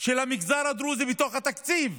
של המגזר הדרוזי בתוך התקציב?